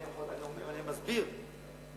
אני מסביר,